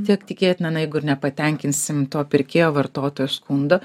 tiek tikėtina na jeigu ir nepatenkinsim to pirkėjo vartotojo skundo